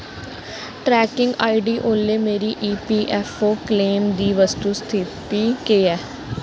trekking ID ओह्ले मेरे EPFO claim दी वस्तु स्थिति केह् ऐ